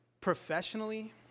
Professionally